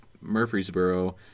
Murfreesboro